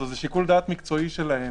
זה שיקול דעת מקצועי שלהם.